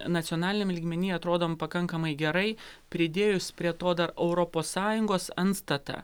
nacionaliniam lygmeny atrodom pakankamai gerai pridėjus prie to dar europos sąjungos antstatą